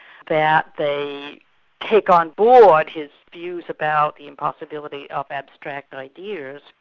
that they take on board his views about the impossibility of abstract ideas.